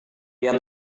dia